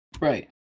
Right